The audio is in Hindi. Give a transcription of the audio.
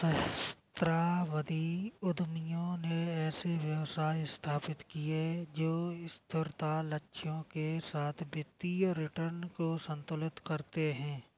सहस्राब्दी उद्यमियों ने ऐसे व्यवसाय स्थापित किए जो स्थिरता लक्ष्यों के साथ वित्तीय रिटर्न को संतुलित करते हैं